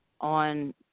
on